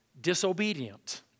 disobedient